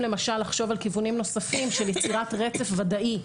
לחשוב על כיוונים נוספים של יצירת רצף ודאי.